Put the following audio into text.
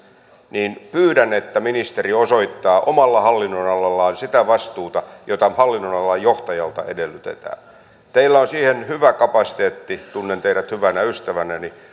niin pyydän että ministeri osoittaa omalla hallinnonalallaan sitä vastuuta jota hallinnonalalla johtajalta edellytetään teillä on siihen hyvä kapasiteetti tunnen teidät hyvänä ystävänäni